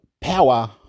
power